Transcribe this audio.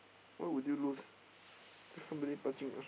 why would you is somebody touching